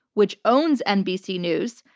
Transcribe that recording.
which owns nbc news,